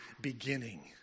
beginning